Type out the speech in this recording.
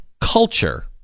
culture